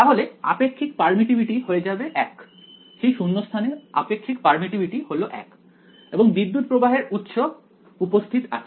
তাহলে আপেক্ষিক পারমিটিভিটি হয়ে যাবে 1 সেই শূন্যস্থানের আপেক্ষিক পারমিটিভিটি হল 1 এবং বিদ্যুত্ প্রবাহের উৎস উপস্থিত আছে